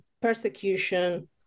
persecution